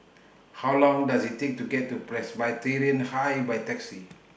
How Long Does IT Take to get to Presbyterian High By Taxi